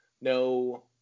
No